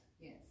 Yes